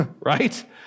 right